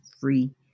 free